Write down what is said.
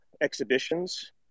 exhibitions